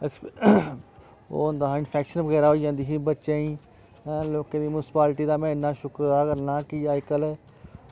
ओह् होंदा हा इंफेक्शन वगैरा होई जंदी ही बच्चें गी लोकें दी म्युनीसिपलटी दा में इन्ना शुक्रिया करना कि अजकल्ल